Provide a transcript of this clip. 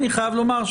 אני חייב לומר,